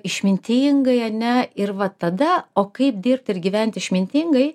išmintingai ane ir va tada o kaip dirbti ir gyventi išmintingai